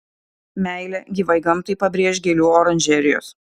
meilę gyvai gamtai pabrėš gėlių oranžerijos